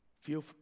feel